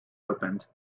opened